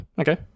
Okay